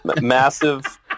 massive